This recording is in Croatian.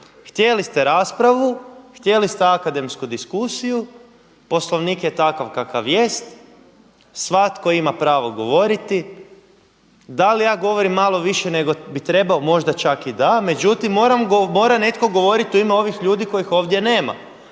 Htjeli ste raspravu, htjeli ste akademsku diskusiju, Poslovnik je takav kakav jest, svatko ima pravo govoriti. Da li ja govorim malo više nego bi trebamo možda čak i da, međutim mora netko govoriti u ime ovih ljudi kojih ovdje nema.